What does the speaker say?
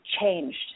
changed